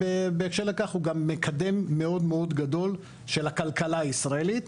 בהקשר לכך הוא גם מקדם מאוד מאוד גדול של הכלכלה הישראלית.